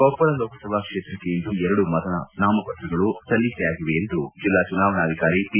ಕೊಪಳ ಲೋಕಸಭಾ ಕ್ಷೇತ್ರಕ್ಷೆ ಇಂದು ಎರಡು ನಾಮಪತ್ರಗಳು ಸಲ್ಲಿಕೆಯಾಗಿವೆ ಎಂದು ಜಿಲ್ಲಾ ಚುನಾವಣಾಧಿಕಾರಿ ಪಿ